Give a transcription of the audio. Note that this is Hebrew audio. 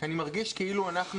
כי אני מרגיש שאנחנו,